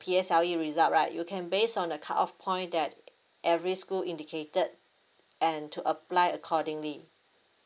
P_S_L_E result right you can based on the cut off point that every school indicated and to apply accordingly